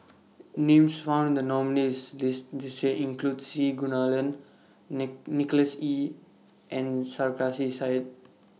Names found in The nominees' list This Year include C Kunalan Nick Nicholas Ee and Sarkasi Said